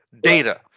data